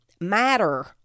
Matter